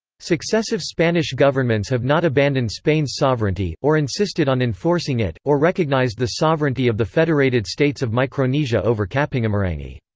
successive spanish governments have not abandoned spain's sovereignty, or insisted on enforcing it, or recognized the sovereignty of the federated states of micronesia over kapingamarangi.